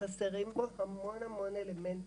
הוא מלא מלא חורים, חסרים בו המון אלמנטים